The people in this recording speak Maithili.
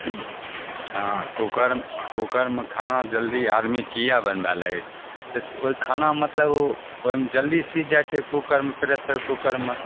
हँ कुकर कुकरमे खाना जल्दी आदमी किएक बनबै लगै छै तऽ ओहि खाना मतलब ओ ओहिमे जल्दी सिझ जाइ छै कुकरमे प्रेशर कुकरमे